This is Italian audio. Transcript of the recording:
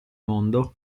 mondo